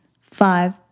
five